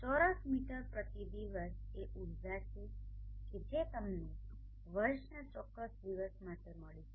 ચોરસ મીટર પ્રતિ દિવસ એ ઊર્જા છે કે જે તમને વર્ષના ચોક્કસ દિવસ માટે મળી છે